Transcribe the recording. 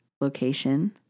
location